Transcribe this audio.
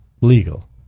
legal